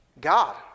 God